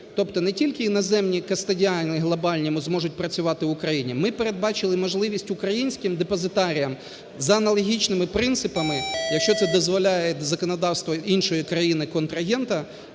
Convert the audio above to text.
тобто не тільки іноземні кастодіальні і глобальні зможуть працювати в Україні, ми передбачили можливість українським депозитаріям за аналогічними принципами, якщо це дозволяє законодавство іншої країни контрагента,